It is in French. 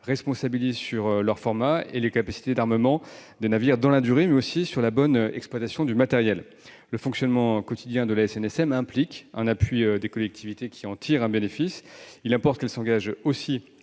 responsabilise quant à leur format, aux capacités d'armement des navires dans la durée, mais aussi quant à la bonne exploitation du matériel. Le fonctionnement quotidien de la SNSM impliquant un appui des collectivités qui en tirent un bénéfice, il importe donc que celles-ci s'engagent